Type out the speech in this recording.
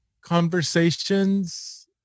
conversations